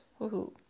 Woohoo